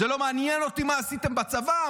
זה לא מעניין אותי מה עשיתם בצבא,